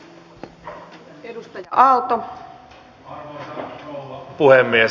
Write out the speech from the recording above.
arvoisa rouva puhemies